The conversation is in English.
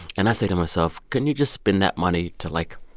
and i say to myself, couldn't you just spend that money to, like,